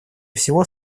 всего